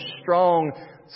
strong